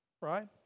right